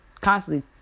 constantly